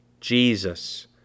Jesus